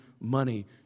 money